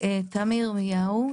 תמי ירמיהו,